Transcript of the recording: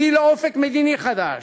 הביא לאופק מדיני חדש.